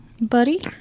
Buddy